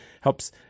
helps